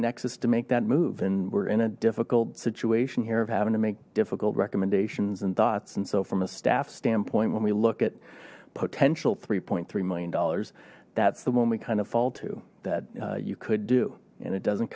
nexus to make that move and we're in a difficult situation here of having to make difficult recommendations and thoughts and so from a staff standpoint when we look at potential three three million dollars that's the one we kind of fall to that you could do and it doesn't